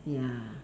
ya